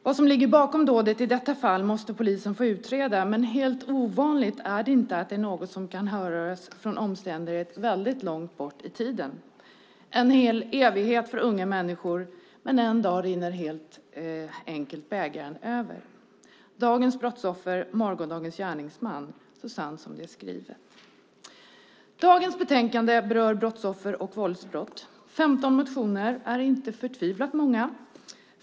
Vad som ligger bakom dådet i detta fall måste polisen få utreda, men helt ovanligt är det inte att det är något som kan härröras från omständigheter långt bort i tiden. Det är en hel evighet för unga människor, men en dag rinner helt enkelt bägaren över. Dagens brottsoffer - morgondagens gärningsman. Så sant som det är skrivet. Dagens betänkande berör brottsoffer och våldsbrott. 15 motioner är inte förtvivlat många.